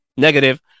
negative